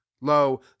Lo